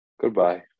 Goodbye